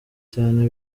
cyane